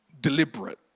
deliberate